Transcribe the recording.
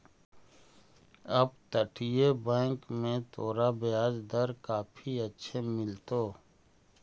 अपतटीय बैंक में तोरा ब्याज दर काफी अच्छे मिलतो